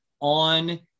on